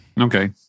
Okay